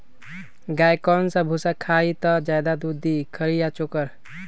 गाय कौन सा भूसा खाई त ज्यादा दूध दी खरी या चोकर?